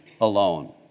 Alone